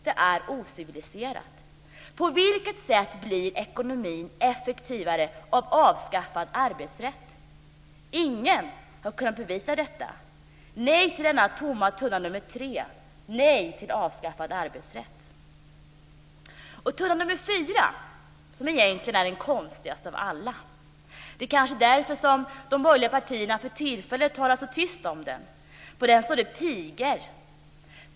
Det är ociviliserat. På vilket sätt blir ekonomin effektivare av avskaffad arbetsrätt? Ingen har kunnat bevisa att den blir det. Nej till denna tomma tunna nr 3, nej till avskaffad arbetsrätt! Tunna nr 4 är egentligen den konstigaste av alla. Det är kanske därför som de borgerliga partierna för tillfället talar så tyst om den. På den står det "Pigor".